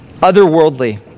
otherworldly